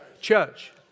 Church